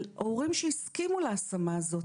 הורים שהסכימו להשמה הזאת,